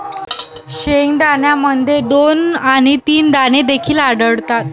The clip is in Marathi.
शेंगदाण्यामध्ये दोन आणि तीन दाणे देखील आढळतात